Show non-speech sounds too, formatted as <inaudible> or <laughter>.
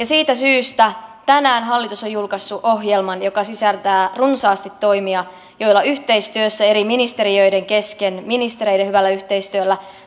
<unintelligible> siitä syystä tänään hallitus on julkaissut ohjelman joka sisältää runsaasti toimia joilla yhteistyössä eri ministeriöiden kesken ministereiden hyvällä yhteistyöllä